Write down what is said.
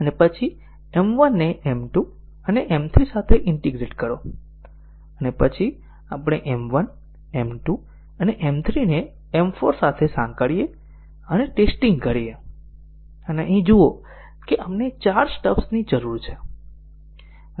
અને પછી M 1 ને M 2 અને M 3 સાથે ઈન્ટીગ્રેટ કરો અને પછી આપણે M 1 M 2 M 3 ને M 4 સાથે સાંકળીએ અને ટેસ્ટીંગ કરીએ અને અહીં જુઓ કે આપણને ચાર સ્ટબ્સની જરૂર છે